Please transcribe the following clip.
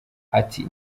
ati